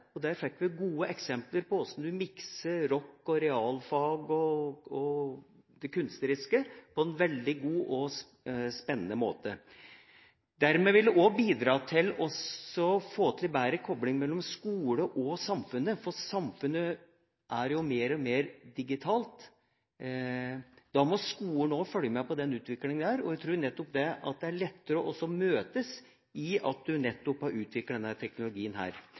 romforskningssenteret der, og der fikk vi gode eksempler på hvordan en mikser rock og realfag og det kunstneriske på en veldig god og spennende måte. Dermed vil en også bidra til å få til en bedre kobling mellom skole og samfunn, for samfunnet er mer og mer digitalt. Da må skolen også følge med på den utviklinga, og jeg tror at det er lettere å møtes nettopp ved at en har utviklet denne teknologien.